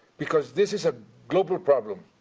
because this is a global problem,